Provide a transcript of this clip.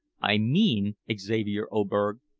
i mean, xavier oberg,